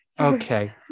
Okay